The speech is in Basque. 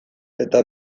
eta